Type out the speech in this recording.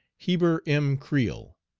heber m. creel,